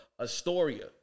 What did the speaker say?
Astoria